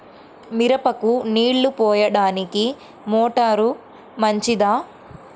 మిరపకు నీళ్ళు పోయడానికి మోటారు మంచిదా?